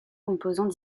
composants